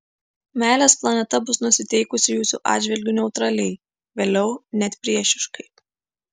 meilės planeta bus nusiteikusi jūsų atžvilgiu neutraliai vėliau net priešiškai